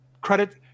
credit